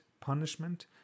punishment